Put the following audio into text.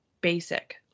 basic